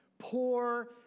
poor